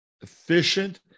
efficient